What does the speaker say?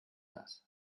das